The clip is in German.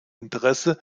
interesse